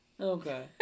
Okay